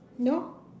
no